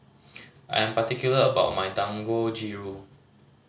I'm particular about my Dangojiru